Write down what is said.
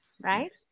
Right